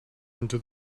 into